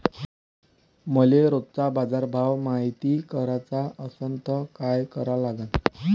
मले रोजचा बाजारभव मायती कराचा असन त काय करा लागन?